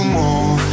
more